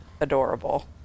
adorable